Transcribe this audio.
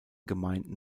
gemeinden